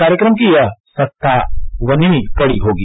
कार्यक्रम की यह सत्तावनवीं कड़ी होगी